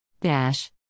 Dash